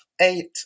eight